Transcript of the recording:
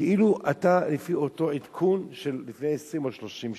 כאילו אותו עדכון של לפני 20 או 30 שנה.